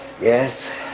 Yes